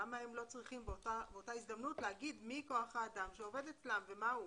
למה הם לא צריכים באותה הזדמנות להגיד מי כוח האדם שעובד אצלם ומה הוא?